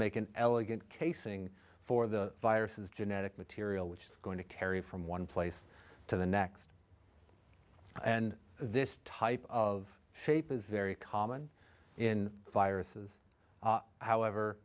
make an elegant casing for the viruses genetic material which is going to carry from one place to the next and this type of shape is very common in viruses however